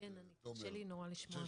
תומר, קשה מאוד לשמוע.